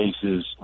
cases